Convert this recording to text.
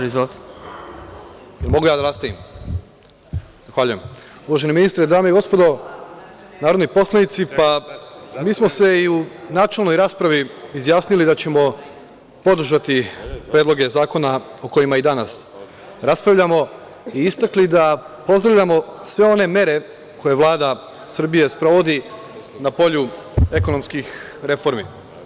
Uvaženi ministre, dame i gospodo narodni poslanici, mi smo se i u načelnoj raspravi izjasnili da ćemo podržati predloge zakona o kojima i danas raspravljamo i istakli da pozdravljamo sve one mere koje Vlada Srbije sprovodi na polju ekonomskih reformi.